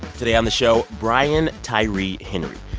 today on the show brian tyree henry.